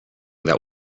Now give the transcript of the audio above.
that